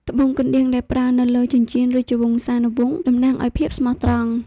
ត្បូងកណ្ដៀងដែលប្រើនៅលើចិញ្ចៀនរាជវង្សានុវង្សតំណាងឱ្យភាពស្មោះត្រង់។